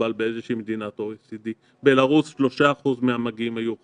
שמקובל באיזושהי מדינת OECD. בלרוס 3% מהמגיעים היו חולים,